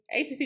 ACC